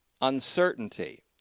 uncertainty